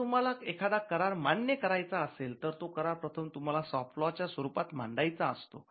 जर तुम्हाला एखादा करार मान्य करायचा असेल तर तो करार प्रथम तुम्हाला सॉफ्ट लॉ च्या स्वरूपात मांडायचा असतो